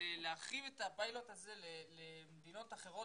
להרחיב את הפיילוט הזה למדינות אחרות